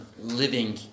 living